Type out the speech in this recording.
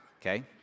okay